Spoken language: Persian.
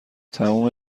تموم